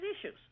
issues